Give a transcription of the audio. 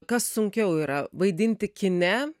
kas sunkiau yra vaidinti kine